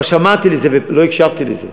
אבל שמעתי את זה ולא הקשבתי לזה.